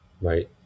right